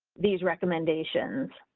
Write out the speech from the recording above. these recommendations,